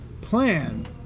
plan